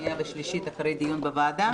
השנייה והשלישית אחרי דיון בוועדה,